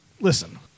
listen